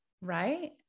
Right